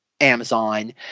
Amazon